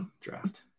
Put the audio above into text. draft